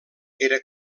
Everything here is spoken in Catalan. era